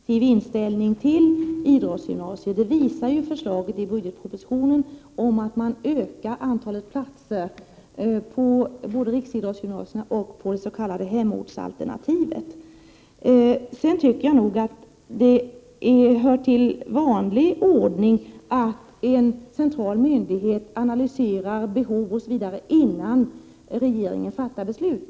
Herr talman! Regeringen har en positiv inställning till idrottsgymnasier; det visar förslaget i budgetpropositionen om att antalet platser skall öka både på riksidrottsgymnasierna och i det s.k. hemortsalternativet. Det hör till den vanliga ordningen att en central myndighet analyserar behov osv. innan regeringen fattar beslut.